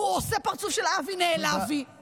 הוא עושה פרצוף של אבי נעלבי?